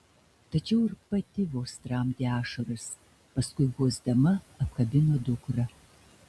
tačiau ir pati vos tramdė ašaras paskui guosdama apkabino dukrą